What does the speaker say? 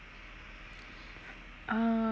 uh